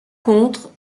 contre